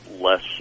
less